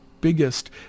biggest